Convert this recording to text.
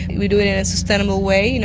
we do it in a sustainable way. you know